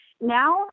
now